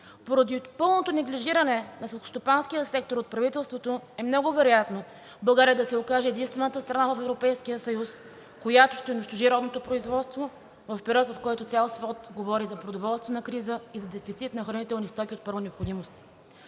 Поради пълното неглижиране на селскостопанския сектор от правителството е много вероятно България да се окаже единствената страна в Европейския съюз, която ще унищожи родното производство в период, в който цял свят говори за продоволствена криза и за дефицит на хранителни стоки от първа необходимост.